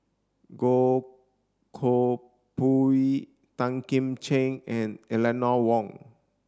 Goh Koh Pui Tan Kim Ching and Eleanor Wong